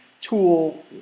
tool